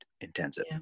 intensive